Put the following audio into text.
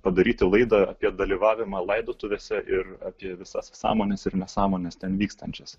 padaryti laidą apie dalyvavimą laidotuvėse ir apie visas sąmones ir nesąmones ten vykstančias